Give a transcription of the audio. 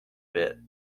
bit